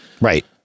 Right